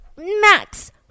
max